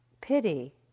pity